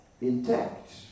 intact